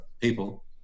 people